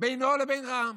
לבין רע"מ?